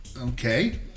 Okay